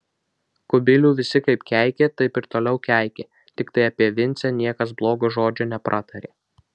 kubilių visi kaip keikė taip ir toliau keikė tiktai apie vincę niekas blogo žodžio nepratarė